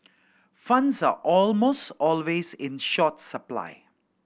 funds are almost always in short supply